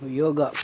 yoga